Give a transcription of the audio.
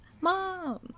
Mom